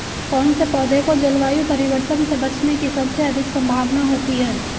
कौन से पौधे को जलवायु परिवर्तन से बचने की सबसे अधिक संभावना होती है?